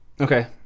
Okay